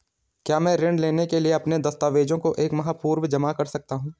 क्या मैं ऋण लेने के लिए अपने दस्तावेज़ों को एक माह पूर्व जमा कर सकता हूँ?